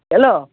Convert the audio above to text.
hello